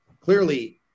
clearly